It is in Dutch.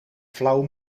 flauw